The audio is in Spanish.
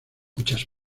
muchas